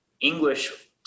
English